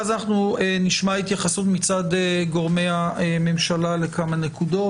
ואז נשמע התייחסות מצד גורמי הממשלה לכמה נקודות.